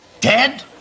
Dead